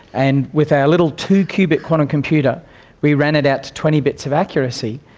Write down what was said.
and with our little two-qubit quantum computer we ran it out to twenty bits of accuracy,